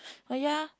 oh ya